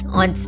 on